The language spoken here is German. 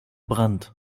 brand